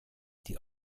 die